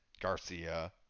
Garcia